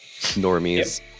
Normies